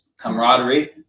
camaraderie